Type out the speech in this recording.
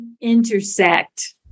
intersect